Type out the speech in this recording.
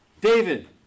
David